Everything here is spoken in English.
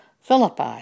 Philippi